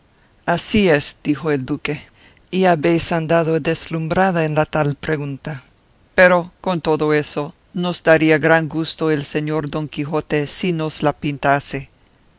así es dijo el duque y habéis andado deslumbrada en la tal pregunta pero con todo eso nos daría gran gusto el señor don quijote si nos la pintase que